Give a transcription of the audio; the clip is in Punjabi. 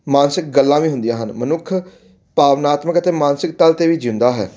ਮਾਨਸਿਕ ਗੱਲਾਂ ਵੀ ਹੁੰਦੀਆਂ ਹਨ ਮਨੁੱਖ ਭਾਵਨਾਤਮਕ ਅਤੇ ਮਾਨਸਿਕ ਤਲ 'ਤੇ ਵੀ ਜਿਉਂਦਾ ਹੈ